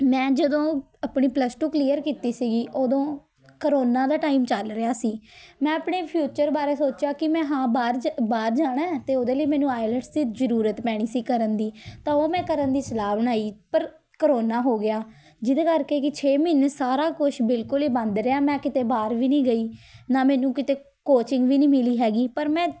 ਮੈਂ ਜਦੋਂ ਅਪਣੀ ਪਲਸ ਟੂ ਕਲੀਅਰ ਕੀਤੀ ਸੀਗੀ ਓਦੋਂ ਕਰੋਨਾ ਦਾ ਟਾਈਮ ਚੱਲ ਰਿਹਾ ਸੀ ਮੈਂ ਆਪਣੇ ਫਿਊਚਰ ਬਾਰੇ ਸੋਚਿਆ ਕਿ ਮੈਂ ਹਾਂ ਬਾਹਰ ਜ ਬਾਹਰ ਜਾਣਾ ਅਤੇ ਉਹਦੇ ਲਈ ਮੈਨੂੰ ਆਈਲੈਟਸ ਦੀ ਜ਼ਰੂਰਤ ਪੈਣੀ ਸੀ ਕਰਨ ਦੀ ਤਾਂ ਉਹ ਮੈਂ ਕਰਨ ਦੀ ਸਲਾਹ ਬਣਾਈ ਪਰ ਕੋਰੋਨਾ ਹੋ ਗਿਆ ਜਿਹਦੇ ਕਰਕੇ ਕਿ ਛੇ ਮਹੀਨੇ ਸਾਰਾ ਕੁਛ ਬਿਲਕੁਲ ਹੀ ਬੰਦ ਰਿਹਾ ਮੈਂ ਕਿਤੇ ਬਾਹਰ ਵੀ ਨਹੀਂ ਗਈ ਨਾ ਮੈਨੂੰ ਕਿਤੇ ਕੋਚਿੰਗ ਵੀ ਨਹੀਂ ਮਿਲੀ ਹੈਗੀ ਪਰ ਮੈਂ